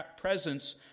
presence